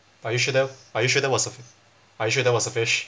are you sure th~ are you sure that was a are you sure that was a fish